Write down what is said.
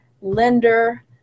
lender